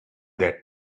that